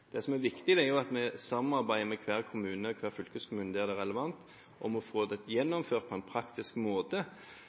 Det som er viktig, er at vi samarbeider med hver kommune eller hver fylkeskommune, der det er relevant, om å få dette gjennomført på en praktisk måte.